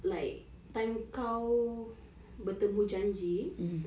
like time kau bertemu janji